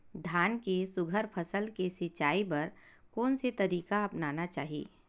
धान के सुघ्घर फसल के सिचाई बर कोन से तरीका अपनाना चाहि?